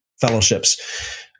fellowships